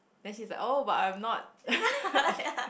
then she's like oh but I'm not